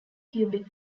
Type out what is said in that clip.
cubic